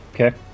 okay